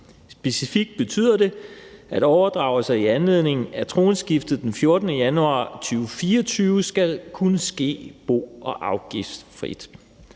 Specifikt betyder det, at overdragelser i anledning af tronskiftet den 14. januar 2024 skal kunne ske bo- og afgiftsfrit.